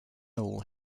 all